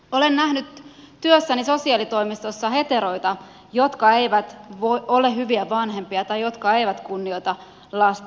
olen nähnyt työssäni sosiaalitoimistossa heteroita jotka eivät ole hyviä vanhempia tai jotka eivät kunnioita lasta